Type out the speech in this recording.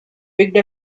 picked